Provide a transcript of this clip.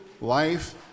life